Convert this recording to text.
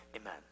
amen